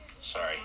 Sorry